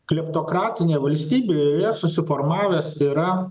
kleptokratinė valstybė joje susiformavęs yra